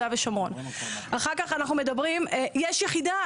יש יחידה,